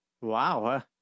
wow